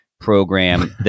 program